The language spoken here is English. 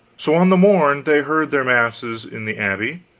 so on the morn they heard their masses in the abbey,